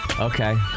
Okay